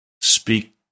speak